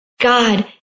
God